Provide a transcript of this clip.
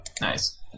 Nice